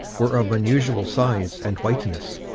were of unusual size and whiteness,